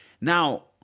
now